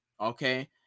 Okay